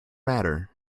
matter